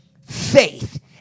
faith